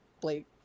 blake